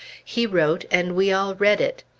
he wrote and we all read it.